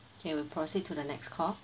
okay we proceed to the next call